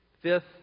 Fifth